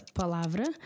palavra